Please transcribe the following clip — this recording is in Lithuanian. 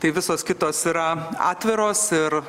tai visos kitos yra atviros ir